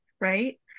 right